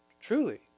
Truly